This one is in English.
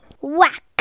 Whack